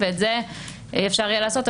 ואת זה אפשר יהיה לעשות,